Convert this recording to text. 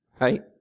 right